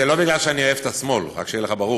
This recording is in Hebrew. זה לא כי אני אוהב את השמאל, רק שיהיה לך ברור.